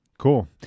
Cool